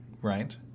Right